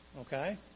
okay